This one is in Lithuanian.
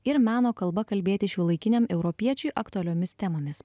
ir meno kalba kalbėti šiuolaikiniam europiečiui aktualiomis temomis